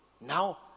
Now